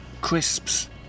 crisps